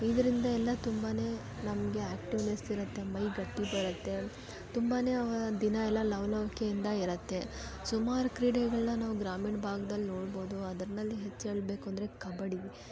ಇದರಿಂದ ಎಲ್ಲ ತುಂಬಾ ನಮಗೆ ಆಕ್ಟಿವ್ನೆಸ್ ಇರುತ್ತೆ ಮೈ ಗಟ್ಟಿ ಬರುತ್ತೆ ತುಂಬಾ ದಿನ ಎಲ್ಲ ಲವಲವ್ಕೆಯಿಂದ ಇರುತ್ತೆ ಸುಮಾರು ಕ್ರೀಡೆಗಳನ್ನ ನಾವು ಗ್ರಾಮೀಣ ಭಾಗದಲ್ಲಿ ನೋಡ್ಬೋದು ಅದ್ರಲ್ ಹೆಚ್ಚು ಹೇಳಬೇಕು ಅಂದರೆ ಕಬಡ್ಡಿ